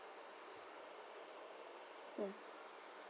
mm